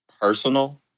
personal